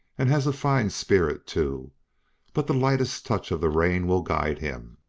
and has a fine spirit, too but the lightest touch of the rein will guide him.